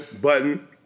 Button